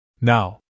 Now